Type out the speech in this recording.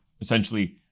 essentially